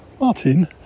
Martin